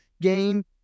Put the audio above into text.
game